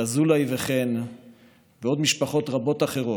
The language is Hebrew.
את אזולאי וחן ועוד משפחות רבות אחרות,